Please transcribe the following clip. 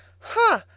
ha!